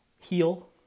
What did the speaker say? heal